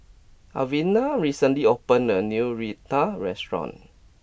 Alvena recently opened a new Raita restaurant